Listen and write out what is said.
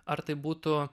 ar tai būtų